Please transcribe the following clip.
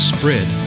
Spread